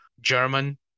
german